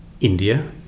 India